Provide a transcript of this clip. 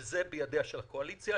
וזה בידיה של הקואליציה.